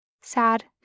Sad